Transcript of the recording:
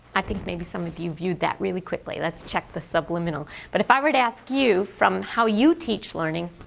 i think maybe some of you viewed that really quickly. let's check the subliminal. but if i were to ask you from how you teach learning,